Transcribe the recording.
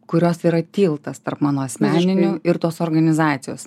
kurios yra tiltas tarp mano asmeninių ir tos organizacijos